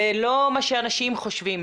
זה לא מה שאנשים חושבים.